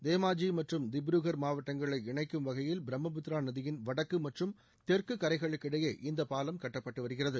தேமாஜி மற்றும் திபுருகர் மாவட்டங்களை இணைக்கும் வகையில் பிரம்மபுத்திரா நதியின் வடக்கு மற்றும் தெற்கு கரைகளுக்கிடையே இந்த பாலம் கட்டப்பட்டு வருகிறது